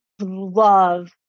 love